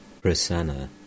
Prasanna